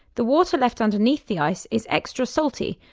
the water left underneath the ice is extra salty,